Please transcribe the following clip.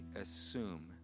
assume